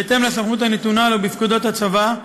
בהתאם לסמכות הנתונה לו בפקודת הצבא,